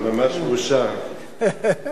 תודה רבה.